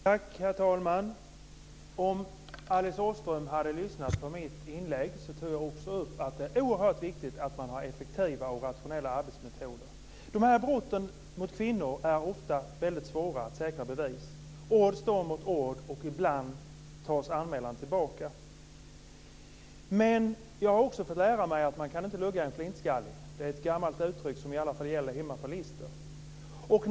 Herr talman! Om Alice Åström hade lyssnat på mitt inlägg hade hon hört att jag också tog upp att det är oerhört viktigt att man har effektiva och rationella arbetsmetoder. Det är ofta väldigt svårt att säkra bevis när det gäller dessa brott mot kvinnor. Ord står mot ord, och ibland tas anmälan tillbaka. Jag har också fått lära mig att man inte kan lugga en flintskallig. Det är ett gammalt uttryck som i alla fall gäller hemma på Lister.